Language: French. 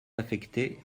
affectées